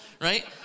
right